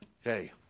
Hey